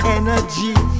energy